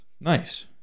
Nice